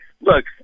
look